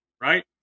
Right